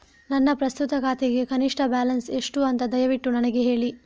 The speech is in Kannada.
ನನ್ನ ಪ್ರಸ್ತುತ ಖಾತೆಗೆ ಕನಿಷ್ಠ ಬ್ಯಾಲೆನ್ಸ್ ಎಷ್ಟು ಅಂತ ದಯವಿಟ್ಟು ನನಗೆ ಹೇಳಿ